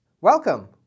Welcome